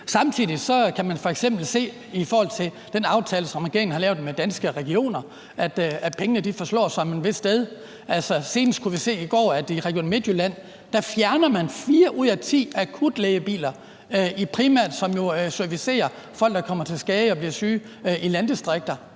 Samtidig kan man f.eks. se i forhold til den aftale, som regeringen har lavet med Danske Regioner, at pengene forslår som en skrædder et vist sted. Altså, senest kunne vi i går se, at i Region Midtjylland fjerner man fire ud af ti akutlægebiler, som jo primært servicerer folk, der kommer til skade eller bliver syge i landdistrikter.